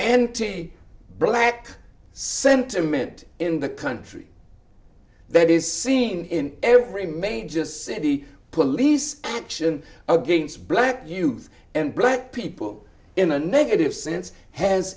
entity black sentiment in the country that is seen in every major city police action against black youth and black people in a negative sense has